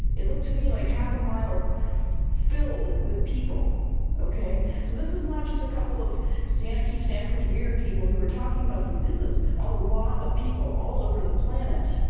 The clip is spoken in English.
it looked to me like half a mile filled with people okay. so this is not just a couple of keep santa cruz weird people who are talking about this. this is a lot of people all over the planet.